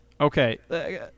Okay